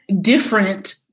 different